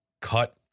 cut